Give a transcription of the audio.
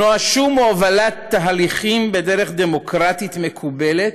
שנואשו מהובלת תהליכים בדרך דמוקרטית מקובלת,